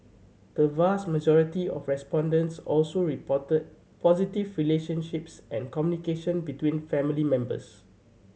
the vast majority of respondents also reported positive relationships and communication between family members